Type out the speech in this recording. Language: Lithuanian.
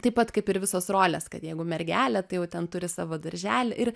taip pat kaip ir visos rolės kad jeigu mergelė tai jau ten turi savo darželį ir